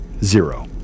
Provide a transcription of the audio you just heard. zero